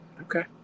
Okay